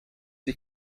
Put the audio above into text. die